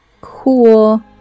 Cool